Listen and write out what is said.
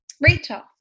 Rachel